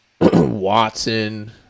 Watson